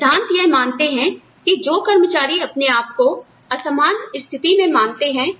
सिद्धांत यह मानते हैं कि जो कर्मचारी अपने आपको असमान स्थिति में मानते हैं